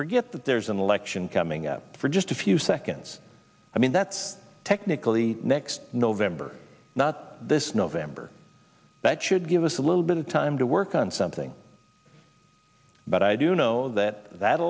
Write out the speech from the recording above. forget that there's an election coming up for just a few seconds i mean that's technically next november not this november that should give us a little bit of time to work on something but i do know that that